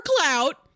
clout